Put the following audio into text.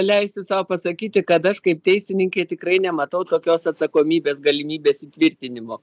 leisiu sau pasakyti kad aš kaip teisininkė tikrai nematau tokios atsakomybės galimybės įtvirtinimo